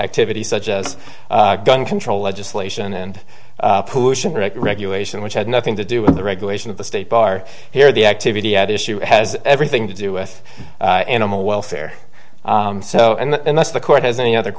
activities such as gun control legislation and pollution regulation which had nothing to do with the regulation of the state bar here the activity at issue has everything to do with animal welfare so and unless the court has any other